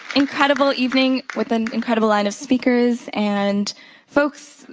incredible evening with an incredible line of speakers. and folks,